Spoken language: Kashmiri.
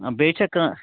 آ بیٚیہِ چھا کانٛہہ